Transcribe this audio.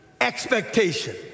expectation